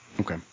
Okay